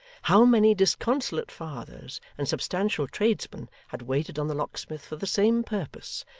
how many disconsolate fathers and substantial tradesmen had waited on the locksmith for the same purpose,